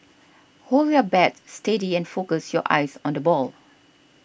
hold your bat steady and focus your eyes on the ball